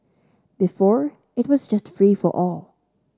before it was just free for all